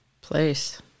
place